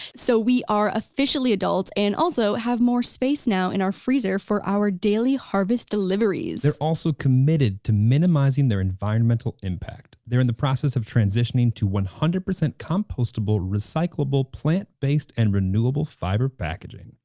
so we are officially adults and also have more space now in our freezer for our daily harvest deliveries. they're also committed to minimizing their environmental impact, they're in the process of transitioning to one hundred percent compostable recyclable plant-based and renewable fiber packaging.